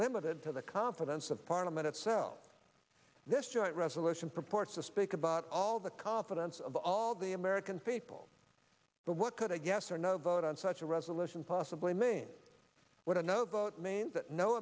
limited to the confidence of the parliament itself this joint resolution purports to speak about all the confidence of all the american people but what could a yes or no vote on such a resolution possibly mean what a no vote means that no